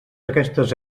aquestes